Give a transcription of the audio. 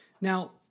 Now